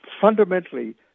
fundamentally